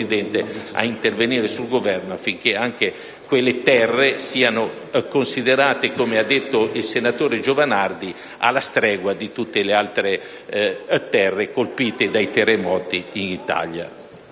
ad intervenire presso il Governo, affinché anche quelle terre siano considerate - come ha detto il senatore Giovanardi - alla stregua di tutte le altre terre colpite dai terremoti in Italia.